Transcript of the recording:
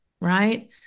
Right